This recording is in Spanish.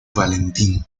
valentín